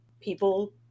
people